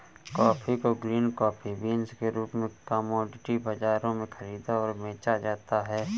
coffee को green coffee beans के रूप में कॉमोडिटी बाजारों में खरीदा और बेचा जाता है